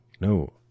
no